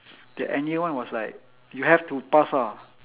the end year one was like you have to pass ah